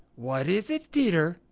what is it, peter?